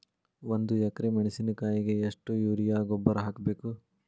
ಒಂದು ಎಕ್ರೆ ಮೆಣಸಿನಕಾಯಿಗೆ ಎಷ್ಟು ಯೂರಿಯಾ ಗೊಬ್ಬರ ಹಾಕ್ಬೇಕು?